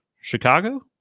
Chicago